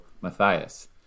Matthias